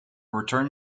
return